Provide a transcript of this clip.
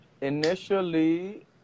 initially